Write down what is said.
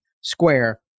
square